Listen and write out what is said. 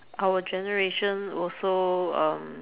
our generation also um